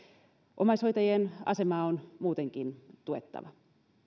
omaishoitajien asemaa on muutenkin tuettava